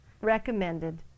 recommended